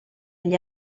gli